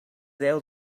déu